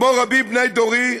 כמו רבים מבני דורי,